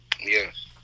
yes